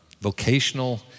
vocational